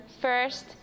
first